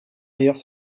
ailleurs